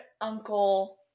uncle